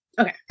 okay